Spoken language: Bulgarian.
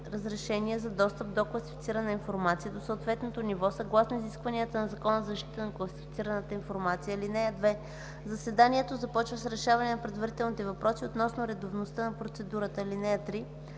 разрешение за достъп до класифицирана информация до съответното ниво, съгласно изискванията на Закона за защита на класифицираната информация. (2) Заседанието започва с решаване на предварителните въпроси относно редовността на процедурата. (3)